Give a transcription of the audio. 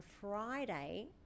Friday